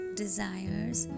desires